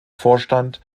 vorstand